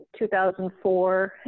2004